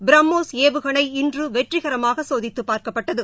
பிரமோஸ் ஏவுகணை இன்று வெற்றிகரமாக சோதித்து பார்க்கப்பட்டது